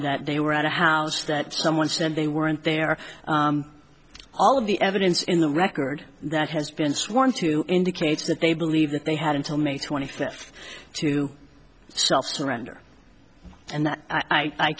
that they were at a house that someone said they weren't there all of the evidence in the record that has been sworn to indicates that they believe that they had until may twenty fifth to self surrender and that i